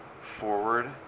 forward